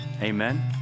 Amen